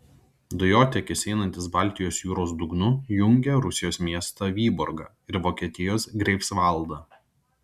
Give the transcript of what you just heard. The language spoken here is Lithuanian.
dujotiekis einantis baltijos jūros dugnu jungia rusijos miestą vyborgą ir vokietijos greifsvaldą